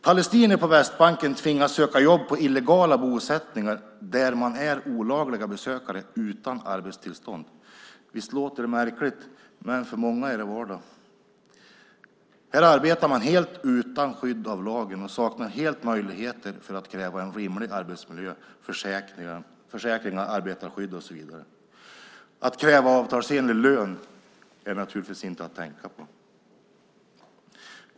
Palestinier på Västbanken tvingas söka jobb inom illegala bosättningar där de är olagliga besökare utan arbetstillstånd. Visst låter det märkligt, men för många är det vardag. Här arbetar de helt utan skydd av lagen och saknar helt möjligheter att kräva en rimlig arbetsmiljö, försäkringar, arbetarskydd och så vidare. Att kräva avtalsenlig lön är naturligtvis inte att tänka på.